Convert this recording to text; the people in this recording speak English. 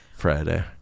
friday